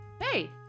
Hey